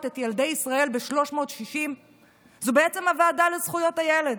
את ילדי ישראל ב-360 מעלות הוא בעצם הוועדה לזכויות הילד,